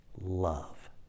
love